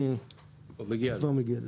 אני כבר מגיע לזה.